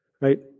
right